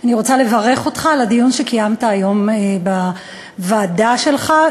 אני רוצה לברך אותך על הדיון שקיימת היום בוועדה שלך.